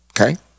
Okay